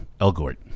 Elgort